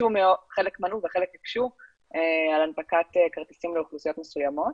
וחלק היקשו על הנפקת כרטיסים לאוכלוסיות מסוימות.